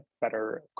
better